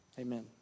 Amen